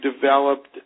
developed